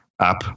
app